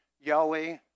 Yahweh